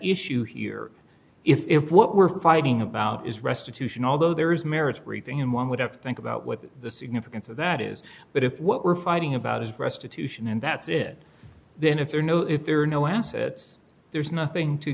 issue here if what we're fighting about is restitution although there is merits briefing him one would have to think about what the significance of that is but if what we're fighting about is restitution and that's it then if they're no if there are no assets there's nothing to